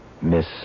Miss